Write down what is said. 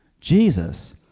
Jesus